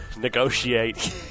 negotiate